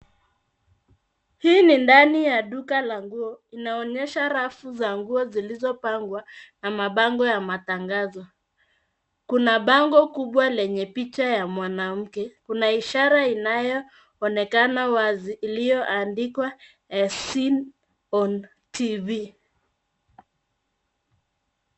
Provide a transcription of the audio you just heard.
Hii ni ndani ya duka la nguo. Inaonyesha rafu za nguo zilizopangwa na mabango ya matangazo. Kuna bango kubwa lenye picha ya mwanamke. Kuna ishara inayoonekana wazi iliyoandikwa as seen on TV .